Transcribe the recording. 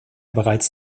bereits